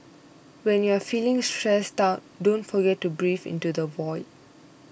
when you are feeling stressed out don't forget to breathe into the void